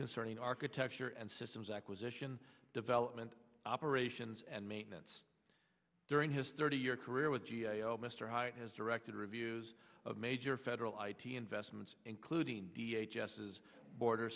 concerning architecture and systems acquisition development operations and maintenance during his thirty year career with g a o mr hyatt has directed reviews of major federal id investments including jess's border